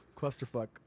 clusterfuck